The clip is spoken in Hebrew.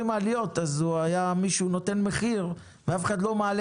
אז אם היו נותנים את המחיר ואף אחד לא היה מעלה